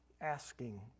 asking